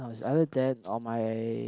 or was either that or my